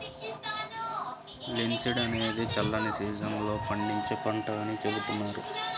linseed అనేది చల్లని season లో పండించే పంట అని చెబుతున్నారు